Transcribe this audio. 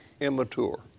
immature